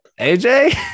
AJ